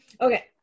Okay